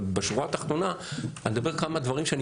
אבל בשורה התחתונה אני מדבר על כמה דברים שאני